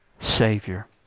Savior